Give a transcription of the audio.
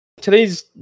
Today's